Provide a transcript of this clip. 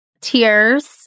Tears